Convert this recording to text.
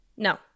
No